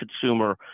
consumer